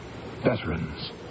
Veterans